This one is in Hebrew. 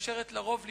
מאפשרים לרוב למשול,